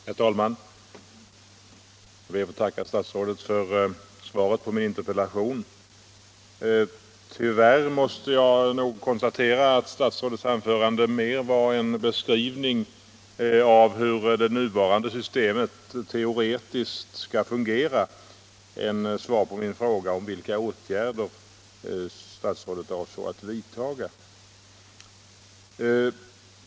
Herr talman! Jag ber att få tacka statsrådet för svaret på min interpellation. Tyvärr måste jag nog konstatera att statsrådets anförande mer var en beskrivning av hur det nuvarande systemet teoretiskt skall fungera än ett svar på min fråga om vilka åtgärder statsrådet avsåg att vidta.